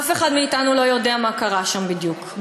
אף אחד מאתנו לא יודע מה קרה שם בדיוק,